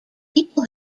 people